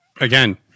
Again